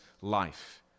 life